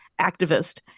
activist